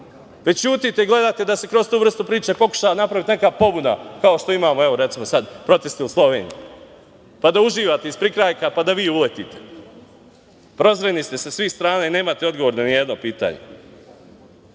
već ćutite i gledate da se kroz tu vrstu priče pokuša napraviti neka pobuna, kao što imamo proteste u Sloveniji, pa da uživate iz prikrajka pa da vi uletite. Razdvojeni ste sa svih strana i nemate odgovor ni na jedno pitanje. Ono